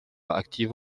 active